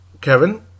Kevin